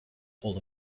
hole